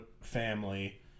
family